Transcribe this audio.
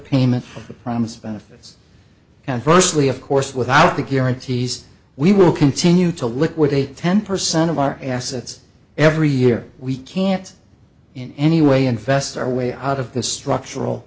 the promise benefits and grossly of course without the guarantees we will continue to liquidate ten percent of our assets every year we can't in any way invest our way out of the structural